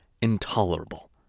intolerable